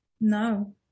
No